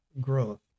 growth